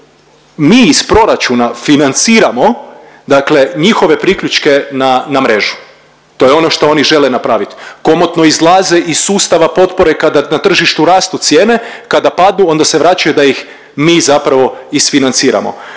mi iz proračuna financiramo dakle njihove priključke na mrežu. To je ono što oni žele napraviti. Komotno izlaze iz sustava potpore kada na tržištu rastu cijene, kada padnu onda se vraćaju da ih mi zapravo isfinanciramo.